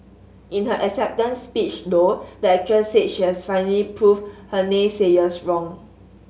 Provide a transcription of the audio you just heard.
in her acceptance speech though the actress said she has finally proved her naysayers wrong